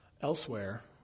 Elsewhere